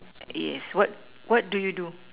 yes what what do you do